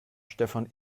stefan